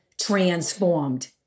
transformed